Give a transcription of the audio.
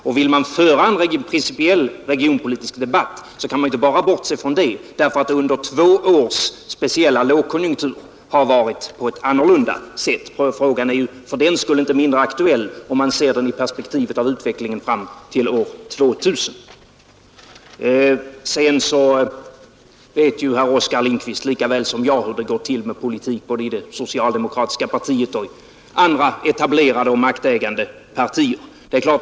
Och vill man föra en principiell regionpolitisk debatt, kan man inte bara bortse från det, därför att det under två års speciell lågkonjunktur har varit annorlunda. Frågan är fördenskull inte mindre aktuell, om man ser den i perspektivet av utvecklingen fram till år 2000. Sedan vet herr Oskar Lindkvist lika väl som jag hur det går till i politik, både i det socialdemokratiska partiet och i andra etablerade och maktägande partier.